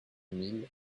mille